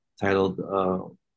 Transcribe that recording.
titled